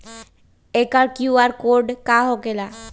एकर QR code का होकेला?